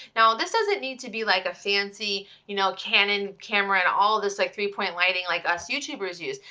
now this doesn't need to be like a fancy you know cannon camera and all this like three point lighting like us youtubers use.